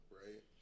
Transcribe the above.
right